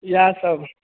इएहसभ